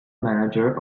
manager